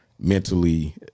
mentally